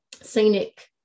scenic